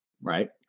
Right